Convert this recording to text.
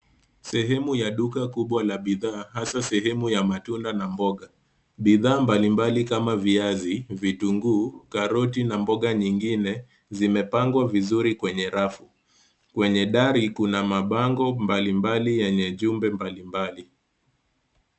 Sehemu ya duka kubwa la bidhaa hasa, sehemu ya matunda na mboga. Bidhaa mbali mbali, kama viazi, vitunguu, karoti, na mboga nyingine, zimepangwa vizuri kwenye rafu. Kwenye dari kuna mabango mbali mbali yenye jumbe mbali mbali.